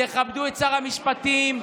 תכבדו את שר המשפטים.